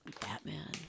Batman